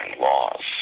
laws